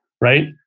right